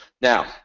Now